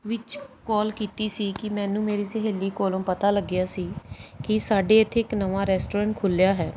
ਵਿੱਚ ਕਾਲ ਕੀਤੀ ਸੀ ਕਿ ਮੈਨੂੰ ਮੇਰੀ ਸਹੇਲੀ ਕੋਲੋਂ ਪਤਾ ਲੱਗਿਆ ਸੀ ਕਿ ਸਾਡੇ ਇੱਥੇ ਇੱਕ ਨਵਾਂ ਰੈਸਟੋਰੈਂਟ ਖੁੱਲ੍ਹਿਆ ਹੈ